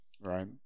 Right